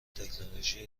تکنولوژی